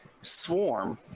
swarm